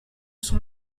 son